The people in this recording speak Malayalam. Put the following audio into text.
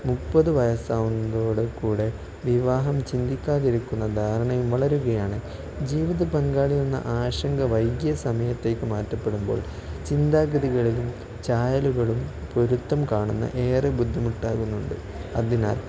മുപ്പത് വയസ്സാവുന്നതോടെ കൂടെ വിവാഹം ചിന്തിക്കാതിരിക്കുന്ന ധാരണയും വളരുകയാണ് ജീവിത പങ്കാളിയെന്ന ആശങ്ക വൈകിയ സമയത്തേക്ക് മാറ്റപ്പെടുമ്പോൾ ചിന്താഗതികളിലും ചായലുകളും പൊരുത്തം കാണുന്ന ഏറെ ബുദ്ധിമുട്ടാകുന്നുണ്ട് അതിനാൽ